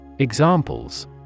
Examples